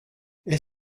est